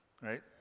right